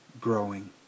growing